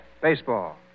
baseball